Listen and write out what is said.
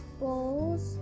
bowls